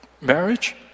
marriage